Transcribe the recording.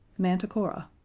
manticora.